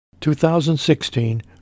2016